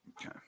Okay